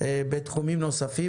בתחומים נוספים.